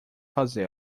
fazê